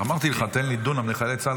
אמרתי לך, תן לי דונם לחיילי צה"ל.